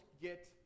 get